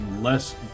less